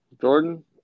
Jordan